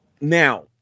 now